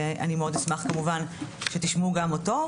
ואני מאוד אשמח כמובן שתשמעו גם אותו,